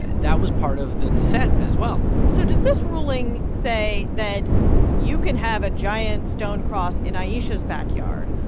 that was part of the dissent, as well so does this ruling say that you can have a giant, stone cross in ayesha's backyard?